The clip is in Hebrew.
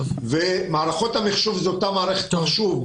מערכות המחשוב הן אותן מערכת מחשוב,